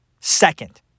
second